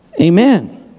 Amen